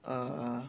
err